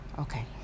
Okay